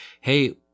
hey